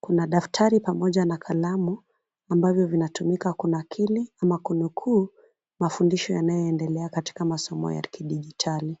Kuna daftari pamoja na kalamu, ambavyo vinatumika kunakili ama kunukuu mafundisho yanayoendelea katika masomo ya kidijitali.